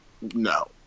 No